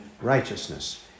righteousness